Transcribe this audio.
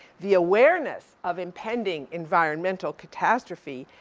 the awareness of impending environmental catastrophe,